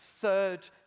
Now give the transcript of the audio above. third